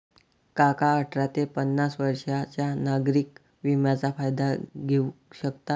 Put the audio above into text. काका अठरा ते पन्नास वर्षांच्या नागरिक विम्याचा फायदा घेऊ शकतात